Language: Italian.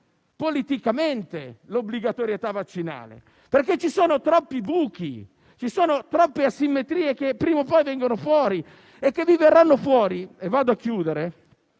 politicamente l'obbligatorietà vaccinale. Ci sono troppi buchi, troppe asimmetrie che prima o poi vengono fuori e che verranno fuori anche